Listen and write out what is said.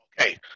Okay